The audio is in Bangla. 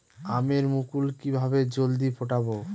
আমের মুকুল কিভাবে জলদি ফুটাব?